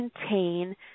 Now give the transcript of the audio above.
contain